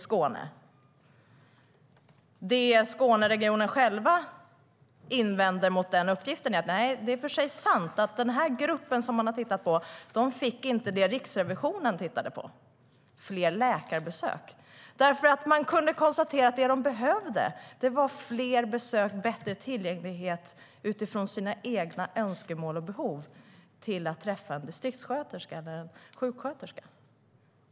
Skåneregionen invänder mot den uppgiften. I och för sig är det sant att den grupp man undersökt inte fick det Riksrevisionen tittade efter, nämligen fler läkarbesök. Men man kunde konstatera att det som behövdes var fler besök och bättre tillgänglighet utifrån patienternas egna önskemål och behov att träffa en distriktssköterska eller en sjuksköterska.